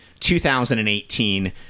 2018